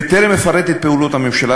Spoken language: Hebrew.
בטרם אפרט את פעולות הממשלה,